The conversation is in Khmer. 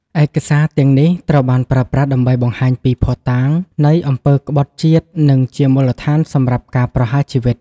ឯកសារទាំងនេះត្រូវបានប្រើប្រាស់ដើម្បីបង្ហាញពី ភស្តុតាង នៃអំពើក្បត់ជាតិ និងជាមូលដ្ឋានសម្រាប់ការប្រហារជីវិត។